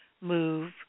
move